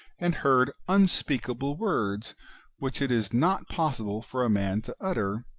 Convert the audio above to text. and heard unspeakable words which it is not possible for a man to utter,